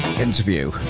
interview